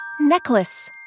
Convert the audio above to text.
necklace